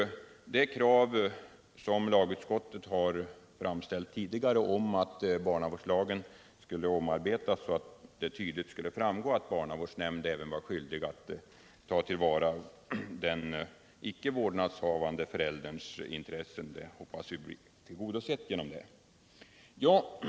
Lagutskottets tidigare krav att barnavårdslagen skulle omarbetas så att det tydligt framgår att barnavårdsnämnden är skyldig att ta till vara även den icke vårdnadshavande förälderns intressen hoppas vi härigenom blir tillgodosett.